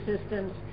systems